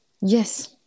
yes